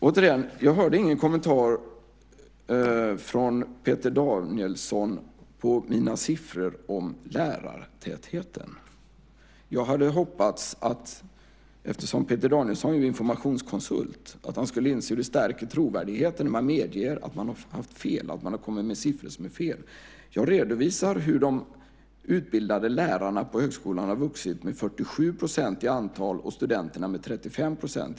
Återigen hörde jag ingen kommentar från Peter Danielsson om mina siffror om lärartätheten. Jag hade hoppats, eftersom Peter Danielsson ju är informationskonsult, att han skulle inse hur det stärker trovärdigheten när man medger att man har haft fel, att man kommit med siffror som är felaktiga. Jag redovisar hur antalet utbildade lärare på högskolan har vuxit med 47 % och antalet studenter med 35 %.